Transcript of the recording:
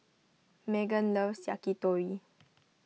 Meggan loves Yakitori